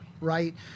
right